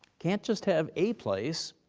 can't just have a place,